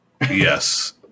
Yes